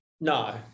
No